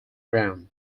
ground